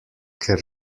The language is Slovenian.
ker